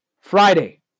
Friday